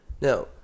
Now